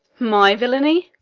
my villany?